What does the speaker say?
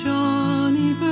Johnny